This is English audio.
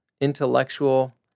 intellectual